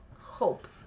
Hope